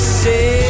say